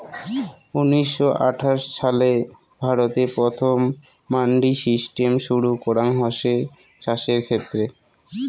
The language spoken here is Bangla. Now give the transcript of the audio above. উনিশশো আটাশ ছালে ভারতে প্রথম মান্ডি সিস্টেম শুরু করাঙ হসে চাষের ক্ষেত্রে